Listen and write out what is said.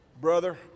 Brother